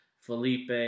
Felipe